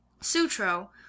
Sutro